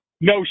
No